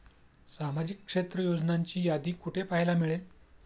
सामाजिक क्षेत्र योजनांची यादी कुठे पाहायला मिळेल?